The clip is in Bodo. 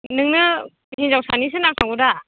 नोंनो हिन्जावसानिसो नांखागौ दा